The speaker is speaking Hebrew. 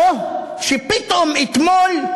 או שפתאום אתמול,